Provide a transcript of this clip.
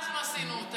שאנחנו עשינו,